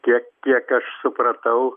tiek kiek aš supratau